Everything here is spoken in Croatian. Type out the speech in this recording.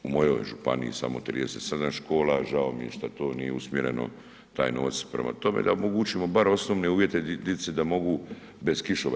U mojoj županiji samo 37 škola, a žao mi je šta to nije usmjereno taj novac, prema tome da omogućimo bar osnove uvjete dici da mogu bez kiše.